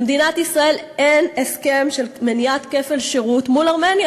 למדינת ישראל אין הסכם של מניעת כפל שירות מול ארמניה.